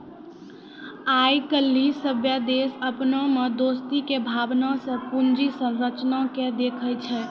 आइ काल्हि सभ्भे देश अपना मे दोस्ती के भावना से पूंजी संरचना के देखै छै